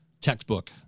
textbook